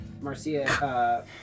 Marcia